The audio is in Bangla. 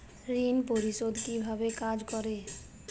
ঋণ পরিশোধ কিভাবে কাজ করে?